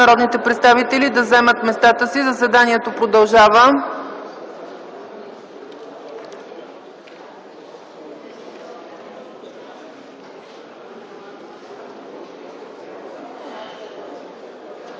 народните представители да заемат местата си, заседанието продължава.